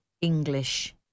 English